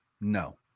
No